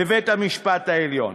לבית-המשפט העליון.